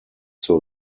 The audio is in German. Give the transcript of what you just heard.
zur